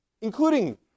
including